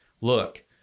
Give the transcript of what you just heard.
look